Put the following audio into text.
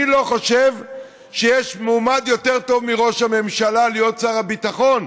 אני לא חושב שיש מועמד יותר טוב מראש הממשלה להיות שר הביטחון,